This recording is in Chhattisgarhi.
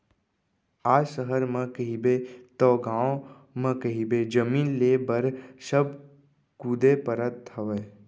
आज सहर म कहिबे तव गाँव म कहिबे जमीन लेय बर सब कुदे परत हवय